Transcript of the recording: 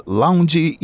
lounge